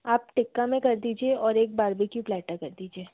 आप टिक्का में कर दीजिए और एक बार्बिक्यू प्लैटर कर दीजिए